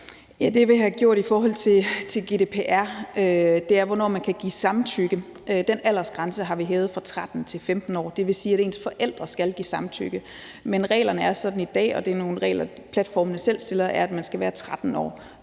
Det, vi har gjort i forhold til GDPR, er, i forhold til hvornår man kan give samtykke. Den aldersgrænse har vi hævet fra 13 til 15 år. Det vil sige, at ens forældre skal give samtykke. Men reglerne er sådan i dag, og det er nogle regler, platformene selv opstiller, at man skal være 13 år for